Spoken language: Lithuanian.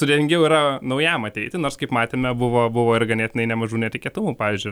sudėtingiau yra naujam ateiti nors kaip matėme buvo buvo ir ganėtinai nemažų netikėtumų pavyzdžiui